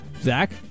Zach